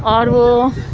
اور وہ